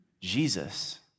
Jesus